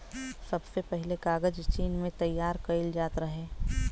सबसे पहिले कागज चीन में तइयार कइल जात रहे